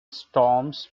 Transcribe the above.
storms